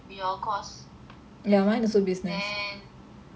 then ya